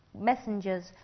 messengers